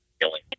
killing